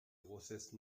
grossesses